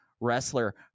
wrestler